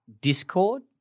discord